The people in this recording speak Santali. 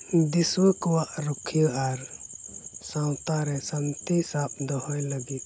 ᱫᱤᱥᱩᱣᱟᱹ ᱠᱚᱣᱟᱜ ᱨᱩᱠᱷᱤᱭᱟᱹ ᱟᱨ ᱥᱟᱶᱛᱟ ᱨᱮ ᱥᱟᱱᱛᱤ ᱥᱟᱵ ᱫᱚᱦᱚᱭ ᱞᱟᱹᱜᱤᱫ